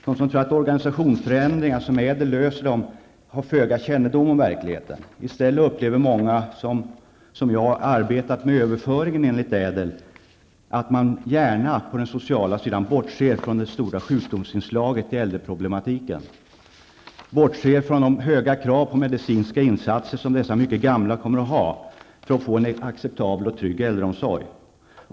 De som tror att organisationsförändringar som ÄDEL-reformen löser dem har föga kännedom om verkligheten. I stället upplever många som liksom jag arbetat med överförandet av huvudmannaskapet enligt ÄDEL, att man på det sociala området gärna bortser från det stora sjukdomsinslaget i äldreproblematiken. Man bortser från de stora medicinska insatser som kommer att krävas för att dessa gamla mycket skall få en acceptabel och trygg äldreomsorg.